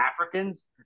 Africans